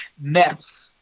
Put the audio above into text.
Mets